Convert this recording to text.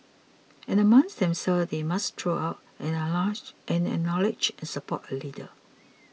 and amongst themselves they must throw up and acknowledge and support a leader